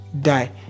die